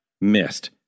missed